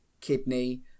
kidney